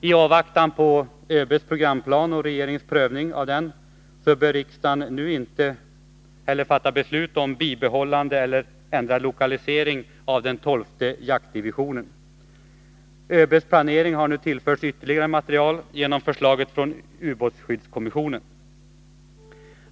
I avvaktan på ÖB:s programplan och regeringens prövning av denna bör riksdagen nu inte heller fatta beslut om bibehållande eller ändrad lokalisering av den tolfte jaktdivisionen. ÖB:s planering har nu tillförts ytterligare material genom förslaget från ubåtsskyddskommissionen.